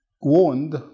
warned